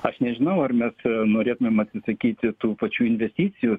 aš nežinau ar mes norėtumėm atsisakyti tų pačių investicijų